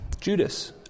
Judas